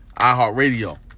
iHeartRadio